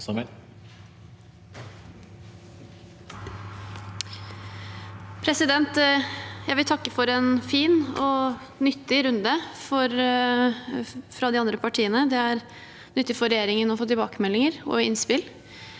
Jeg vil takke for en fin og nyttig runde fra de andre partiene. Det er nyttig for regjeringen å få tilbakemeldinger og innspill.